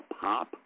pop